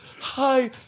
Hi